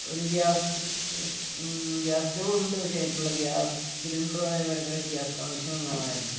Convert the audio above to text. ഒരു gas gas സ്റ്റവും ഉണ്ട് പക്ഷേ അതിലേക്കുള്ള ഗ്യാസ് സിലിണ്ടർ അതേപോലെക്ക് ഗ്യാസ് കണക്ഷനും വേണമായിരുന്നു